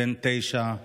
בן תשע,